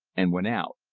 and went out.